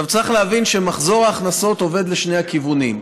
צריך להבין שמחזור ההכנסות עובד לשני הכיוונים: